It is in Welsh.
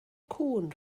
cŵn